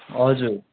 हजुर